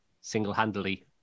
single-handedly